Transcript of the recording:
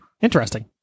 Interesting